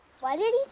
what did